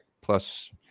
plus